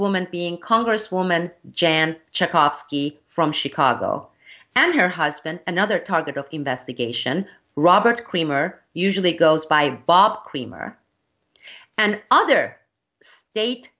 woman being congresswoman jan checkoff skee from chicago and her husband another target of investigation robert creamer usually goes by bob creamer and other state